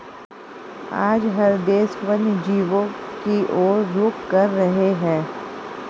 आज हर देश वन्य जीवों की और रुख कर रहे हैं